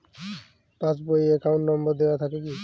Pass বই এ account number দেওয়া থাকে কি?